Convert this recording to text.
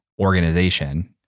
organization